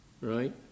right